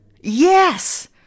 Yes